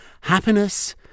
Happiness